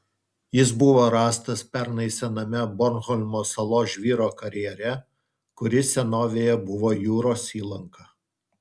jis buvo rastas pernai sename bornholmo salos žvyro karjere kuris senovėje buvo jūros įlanka